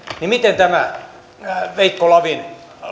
niin miten veikko lavin